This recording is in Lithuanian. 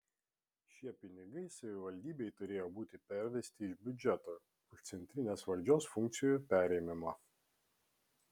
šie pinigai savivaldybei turėjo būti pervesti iš biudžeto už centrinės valdžios funkcijų perėmimą